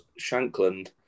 Shankland